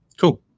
Cool